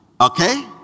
okay